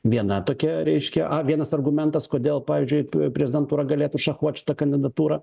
viena tokia reiškia vienas argumentas kodėl pavyzdžiui prezidentūra galėtų šachuot šitą kandidatūrą